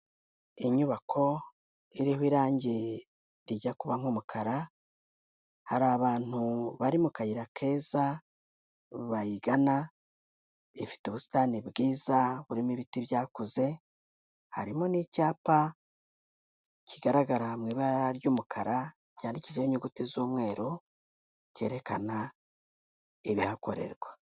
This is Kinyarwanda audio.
Inyubako iriho irange rijya kuba nk'umukara, hari abantu bari mu kayira keza bayigana, ifite ubusitani bwiza burimo ibiti byakuze, harimo n'icyapa kigaragara mu ibara ry'umukara cyandikishijeho inyuguti z'umweru, kerekana ibihakorerwa.